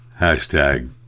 hashtag